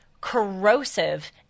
corrosive